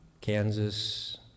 Kansas